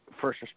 first